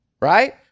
Right